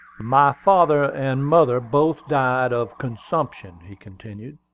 my father and mother both died of consumption, he continued.